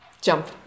Jump